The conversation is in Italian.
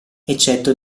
eccetto